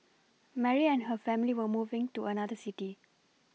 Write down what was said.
Mary and her family were moving to another city